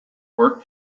work